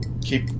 keep